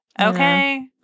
okay